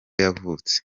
yavutse